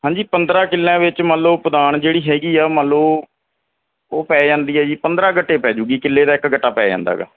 ਹਾਂਜੀ ਪੰਦਰਾਂ ਕਿੱਲਿਆਂ ਵਿੱਚ ਮੰਨ ਲਉ ਪੁਦਾਨ ਜਿਹੜੀ ਹੈਗੀ ਆ ਮੰਨ ਲਉ ਉਹ ਪੈ ਜਾਂਦੀ ਹੈ ਜੀ ਪੰਦਰਾਂ ਗੱਟੇ ਪੈ ਜੂਗੀ ਕਿੱਲੇ ਦਾ ਇੱਕ ਗੱਟਾ ਪੈ ਜਾਂਦਾ ਹੈਗਾ